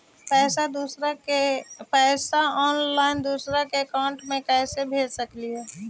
पैसा ऑनलाइन दूसरा के अकाउंट में कैसे भेजी?